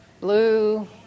blue